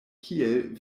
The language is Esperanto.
kiel